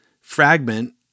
fragment